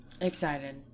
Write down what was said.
Excited